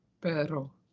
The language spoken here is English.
Pero